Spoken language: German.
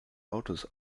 autos